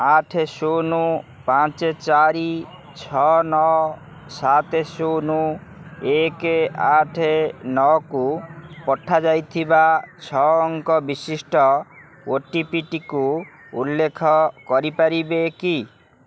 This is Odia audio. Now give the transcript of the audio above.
ଆଠ ଶୂନ ପାଞ୍ଚ ଚାରି ଛଅ ନଅ ସାତ ଶୂନ ଏକ ଆଠ ନଅକୁ ପଠାଯାଇଥିବା ଛଅ ଅଙ୍କ ବିଶିଷ୍ଟ ଓଟିପିଟିକୁ ଉଲ୍ଲେଖ କରିପାରିବେ କି